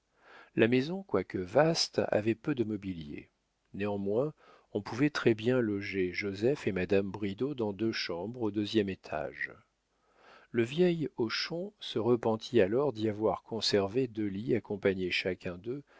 la maison quoique vaste avait peu de mobilier néanmoins on pouvait très-bien loger joseph et madame bridau dans deux chambres au deuxième étage le vieil hochon se repentit alors d'y avoir conservé deux lits accompagnés chacun d'eux